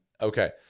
Okay